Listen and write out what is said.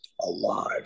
alive